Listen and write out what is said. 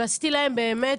ועשיתי להם באמת,